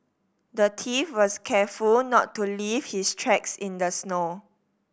the thief was careful not to leave his tracks in the snow